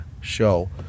show